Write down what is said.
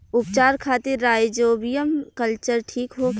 उपचार खातिर rhizobium culture ठीक होखे?